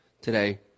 today